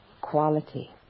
quality